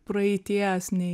praeities nei